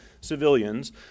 civilians